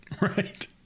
Right